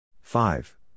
Five